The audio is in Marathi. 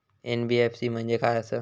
एन.बी.एफ.सी म्हणजे खाय आसत?